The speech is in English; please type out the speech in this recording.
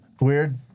Weird